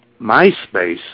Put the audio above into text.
MySpace